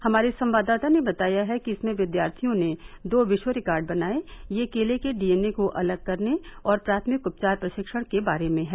हमारे संवाददाता ने बताया है कि इसमें विद्यार्थियों ने दो विश्व रिकॉर्ड बनाये ये केले के डीएनए को अलग करने और प्राथमिक उपचार प्रशिक्षण के बारे में हैं